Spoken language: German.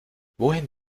wohin